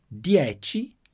dieci